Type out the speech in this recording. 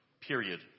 period